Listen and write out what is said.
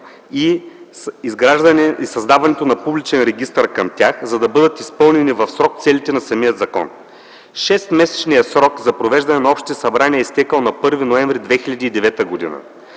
и създаването на публичен регистър към тях, за да бъдат изпълнени в срок целите на самия закон. Шестмесечният срок за провеждане на общи събрания е изтекъл на 1 ноември 2009 г.